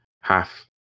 half